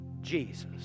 Jesus